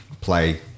play